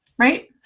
right